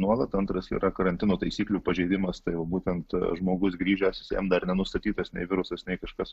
nuolat antras yra karantino taisyklių pažeidimas tai jau būtent žmogus grįžęs jis jam dar nenustatytas nei virusas nei kažkas